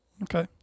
Okay